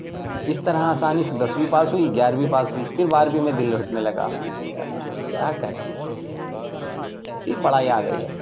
اس طرح آسانی سے دسویں پاس ہوئی گیارہویں پاس ہوئی پھر بارہویں میں دل ہٹنے لگا ہم نے کہا یار کیا کریں کیسی کیسی پڑھائی آ گئی اب